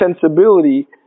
sensibility